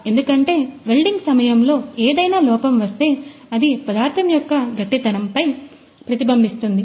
ఎందుకంటే వెల్డింగ్ సమయంలో ఏదైనా లోపం వస్తే అది పదార్థం యొక్క గట్టితనం పైన ప్రతిబింబిస్తుంది